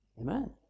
Amen